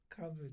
covered